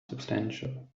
substantial